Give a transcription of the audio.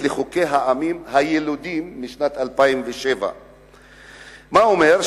לחוקי העמים הילידים משנת 2007. מה נאמר?